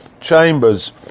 Chambers